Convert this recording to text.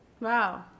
Wow